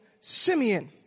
Simeon